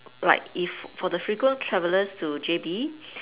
like if for the frequent travelers to J_B